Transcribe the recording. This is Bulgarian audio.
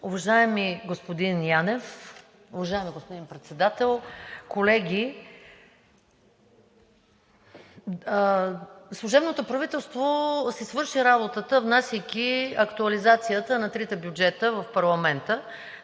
Уважаеми господин Янев, уважаеми господин Председател, колеги! Служебното правителство си свърши работата, внасяйки актуализацията на трите бюджета в парламента.